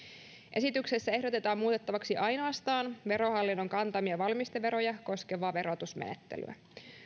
esityksessä ehdotetaan muutettavaksi ainoastaan verohallinnon kantamia valmisteveroja koskevaa verotusmenettelyä